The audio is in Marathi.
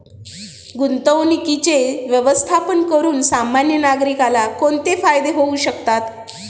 गुंतवणुकीचे व्यवस्थापन करून सामान्य नागरिकाला कोणते फायदे होऊ शकतात?